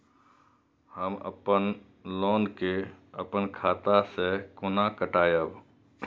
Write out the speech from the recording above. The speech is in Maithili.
हम अपन लोन के अपन खाता से केना कटायब?